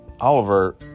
Oliver